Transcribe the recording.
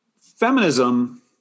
feminism